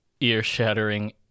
ear-shattering